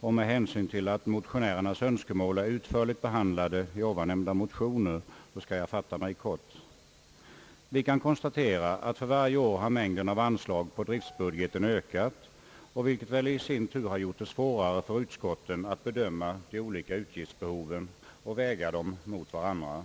och med hänsyn till att motionärernas önskemål är utförligt behandlade i de nyssnämnda motionerna skall jag fatta mig kort. Vi kan konstatera att för varje år har mängden av anslag på driftbudgeten ökat, vilket väl i sin tur har gjort det svårare för utskotten att bedöma de olika utgiftbehoven och väga dessa mot varandra.